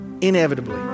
Inevitably